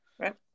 Right